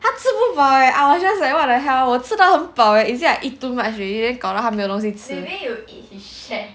他吃不饱 leh I was just like what the hell 我吃到很饱 eh is it I eat too much already then 搞到他没有东西吃